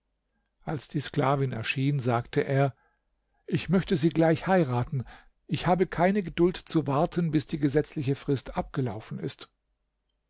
als die sklavin erschien sagte er ich möchte sie gleich heiraten ich habe keine geduld zu warten bis die gesetzliche frist abgelaufen ist